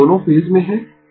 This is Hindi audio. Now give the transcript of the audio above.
तो दोनों फेज में है